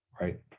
Right